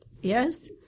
Yes